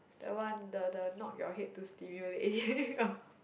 the one the the knock your head to stimulate